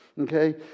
okay